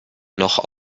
noch